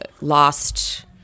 lost